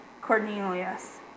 Cornelius